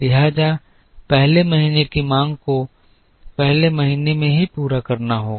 लिहाजा पहले महीने की मांग को पहले महीने में ही पूरा करना होगा